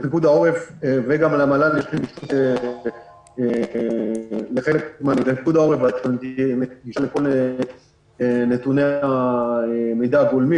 לפיקוד העורף ולמל"ל לפיקוד העורף נשלחו נתוני המידע הגולמי.